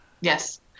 Yes